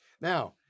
Now